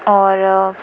اور